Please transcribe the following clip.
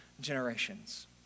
generations